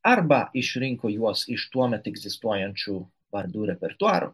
arba išrinko juos iš tuomet egzistuojančių vardų repertuaro